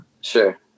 sure